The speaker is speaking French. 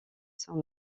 sont